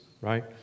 right